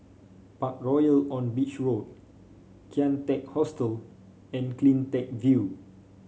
Parkroyal on Beach Road Kian Teck Hostel and CleanTech View